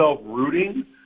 rooting